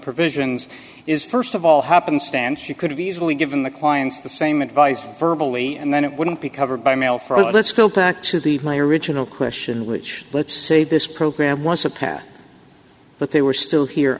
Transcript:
provisions is st of all happenstance you could have easily given the clients the same advice verbal lee and then it wouldn't be covered by mail for that let's go back to the my original question which let's say this program was a path but they were still here